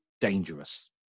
dangerous